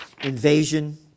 invasion